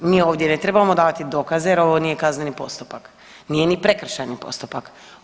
Mi ovdje ne trebamo davati dokaze jer ovo nije kazneni postupak, nije ni prekršajni postupak.